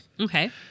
Okay